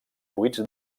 buits